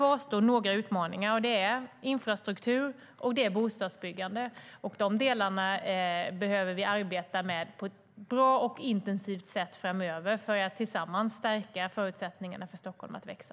Utmaningar som kvarstår är dock infrastruktur och bostadsbyggande. De delarna behöver vi arbeta med på ett bra och intensivt sätt framöver för att tillsammans stärka förutsättningarna för Stockholm att växa.